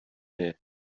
here